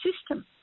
system